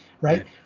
right